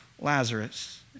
Lazarus